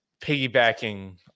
piggybacking